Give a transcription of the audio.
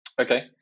okay